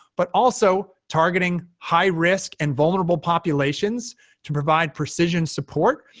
but also targeting high risk and vulnerable populations to provide precision support.